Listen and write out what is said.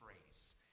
phrase